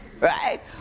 right